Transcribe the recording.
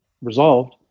resolved